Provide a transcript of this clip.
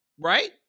Right